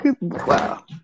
Wow